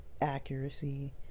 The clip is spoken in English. accuracy